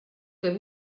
que